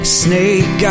snake